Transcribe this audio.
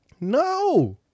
No